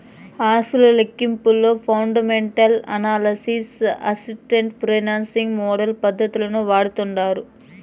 ఆస్తుల లెక్కింపులో fundamental analysis, asset pricing model పద్దతులు వాడతాండారు